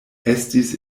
estis